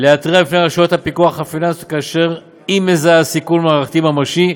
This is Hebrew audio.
להתריע בפני רשויות הפיקוח הפיננסיות כאשר היא מזהה סיכון מערכתי ממשי,